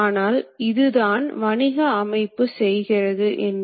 எனவே இவை தான் இந்த இயந்திரத்தின் முக்கிய பாகங்கள்